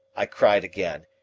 i cried again.